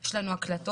יש לנו הקלטות,